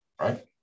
Right